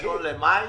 ב-1 במאי?